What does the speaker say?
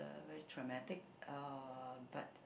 uh very traumatic uh but